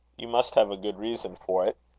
you must have a good reason for it.